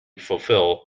fulfil